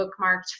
bookmarked